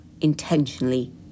intentionally